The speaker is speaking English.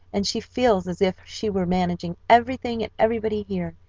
and she feels as if she were managing everything and everybody here,